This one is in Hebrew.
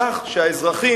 כך שהאזרחים,